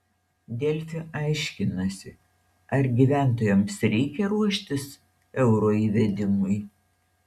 delfi aiškinasi ar gyventojams reikia ruoštis euro įvedimui